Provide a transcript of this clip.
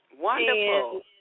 Wonderful